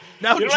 Now